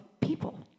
people